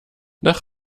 nach